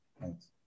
Thanks